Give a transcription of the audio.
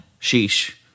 Sheesh